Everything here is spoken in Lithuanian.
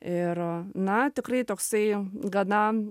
ir na tikrai toksai gana